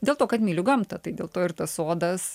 dėl to kad myliu gamtą tai dėl to ir tas sodas